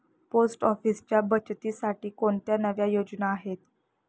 Post ऑफिसच्या बचतीसाठी कोणत्या नव्या योजना आहेत?